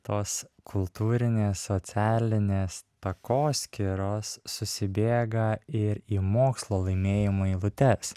tos kultūrinės socialinės takoskyros susibėga ir į mokslo laimėjimų eilutes